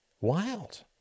wild